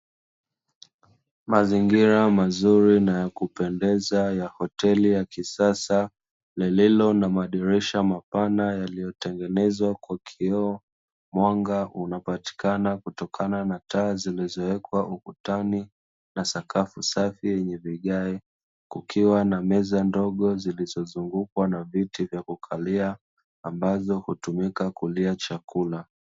Mazingira mazuri na ya kupendeza ya hoteli ya kisasa, lililo na madirisha mapana yaliyotengenezwa kwa kioo, mwanga unapatikana kutokana na taa zinazowekwa ukutani na sakafu safi yenye vigae, kukiwa na meza ndogo zilizozungukwa na viti vya kukalia, ambazo hutumika kulia chakula.